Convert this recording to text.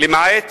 למעט